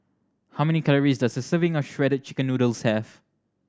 how many calories does a serving of Shredded Chicken Noodles have